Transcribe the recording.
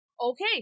Okay